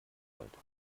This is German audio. rollt